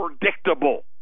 predictable